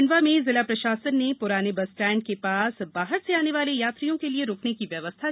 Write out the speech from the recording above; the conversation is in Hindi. खंडवा में जिला प्रशासन ने पुराने बस स्टैण्ड के पास बाहर से आने वाले यात्रियों के लिए रूकने की व्यवस्था की है